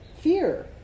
Fear